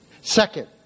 Second